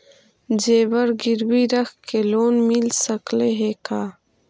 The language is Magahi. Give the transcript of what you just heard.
जेबर गिरबी रख के लोन मिल सकले हे का?